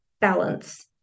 balance